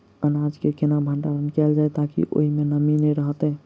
अनाज केँ केना भण्डारण कैल जाए ताकि ओई मै नमी नै रहै?